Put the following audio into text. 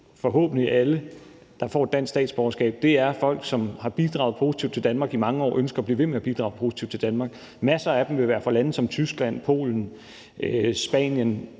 forhåbentlig alle, der får dansk statsborgerskab, er folk, som har bidraget positivt til Danmark i mange år og ønsker at blive ved med at bidrage positivt til Danmark. Masser af dem vil være fra lande som Tyskland, Polen, Spanien